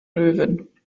löwen